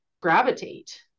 gravitate